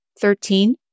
Thirteen